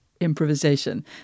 improvisation